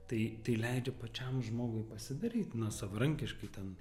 tai tai leidžia pačiam žmogui pasidaryt savarankiškai ten